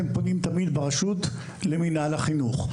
הם פונים תמיד ברשות למינהל החינוך.